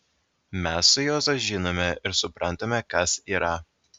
mes su juozu žinome ir suprantame kas yra